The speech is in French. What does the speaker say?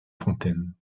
fontaines